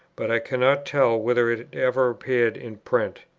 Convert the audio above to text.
but i cannot tell whether it ever appeared in print.